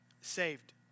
saved